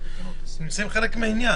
יש לנו כמה דברים על סדר היום.